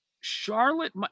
Charlotte –